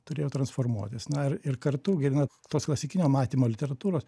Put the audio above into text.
turėjo transformuotis na ir ir kartu gilina tos klasikinio matymo literatūros